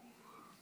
חבריי חברי הכנסת,